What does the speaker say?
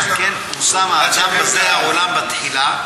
על כן הושם האדם בזה העולם בתחילה,